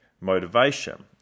motivation